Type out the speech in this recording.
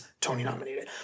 Tony-nominated